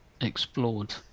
explored